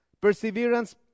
Perseverance